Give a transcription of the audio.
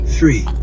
Three